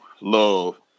love